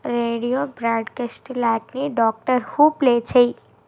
radio broadcast ల్యాట్ని Doctor Who play చేయి